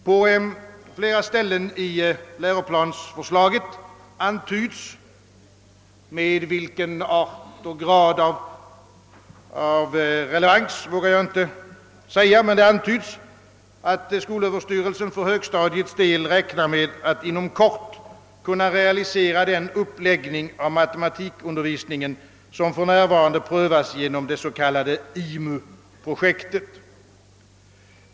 På flera ställen i läroplansförslaget antyds — med vilken grad av relevans vågar jag inte avgöra —, att skolöverstyrelsen för högstadiets del räknar med att inom kort kunna realisera den uppläggning av matematikundervisningen som för närvarande prövas genom det s.k. IMU projektet.